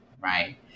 right